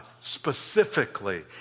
specifically